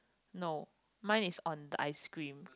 no mine is on the ice cream